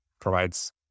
provides